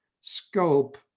scope